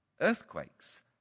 Earthquakes